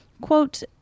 quote